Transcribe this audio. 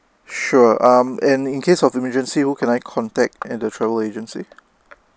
sure um and in case of emergency who can I contact and the travel agency